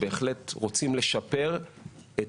בהחלט רוצים לשפר את